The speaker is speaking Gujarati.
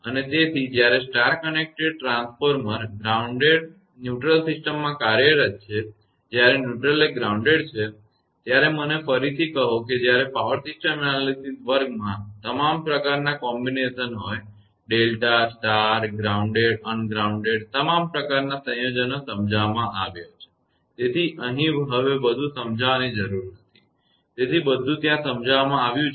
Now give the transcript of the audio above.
અને તેથી જ્યારે star connector transformer grounded neutral સિસ્ટમમાં કાર્યરત છે જ્યારે ન્યૂટ્રલ એ ગ્રાઉન્ડેડ છે ત્યારે તમે મને ફરીથી કહો કે જ્યારે પાવર સિસ્ટમ એનાલીસીસવિશ્લેષણ વર્ગમાં તમામ પ્રકારના સંયોજન હોય ડેલ્ટા સ્ટાર ગ્રાઉન્ડેડ અનગ્રાઉન્ડેડ તમામ પ્રકારના સંયોજનો સમજાવવામાં આવ્યા છે તેથી અહીં હવે વધુ સમજાવવાની જરૂર નથી તેથી બધું ત્યાં સમજાવવામાં આવ્યું છે